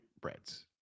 breads